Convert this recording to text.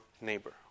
neighbor